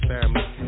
family